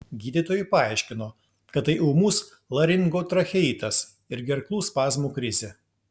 gydytojai paaiškino kad tai ūmus laringotracheitas ir gerklų spazmų krizė